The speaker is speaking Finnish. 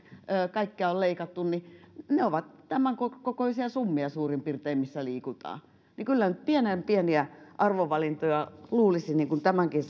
kaikkea on leikattu niin ne ovat tämän kokoisia summia suurin piirtein missä liikutaan niin kyllä nyt pienen pieniä arvovalintoja luulisi tämänkin